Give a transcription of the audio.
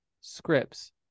scripts